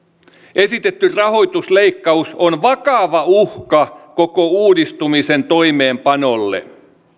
esitetty rahoitusleikkaus on vakava uhka koko uudistumisen toimeenpanolle